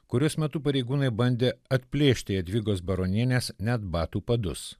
kurios metu pareigūnai bandė atplėšti jadvygos baronienės net batų padus